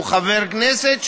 שהוא חבר כנסת,